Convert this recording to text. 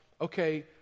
okay